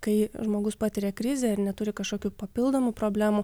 kai žmogus patiria krizę ir neturi kažkokių papildomų problemų